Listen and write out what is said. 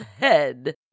head